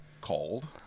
called